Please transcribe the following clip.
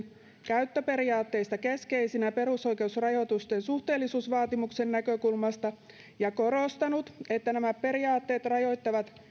käyttöperiaatteista keskeisinä perusoikeusrajoitusten suhteellisuusvaatimuksen näkökulmasta ja korostanut että nämä periaatteet rajoittavat